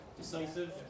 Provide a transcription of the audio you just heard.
Decisive